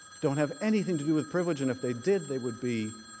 don't have anything to do with privilege, and if they did, they would be